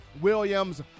Williams